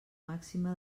màxima